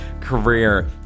career